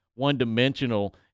one-dimensional